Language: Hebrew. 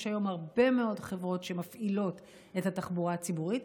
יש היום הרבה מאוד חברות שמפעילות את התחבורה הציבורית,